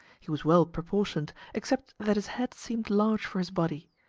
he was well proportioned, except that his head seemed large for his body.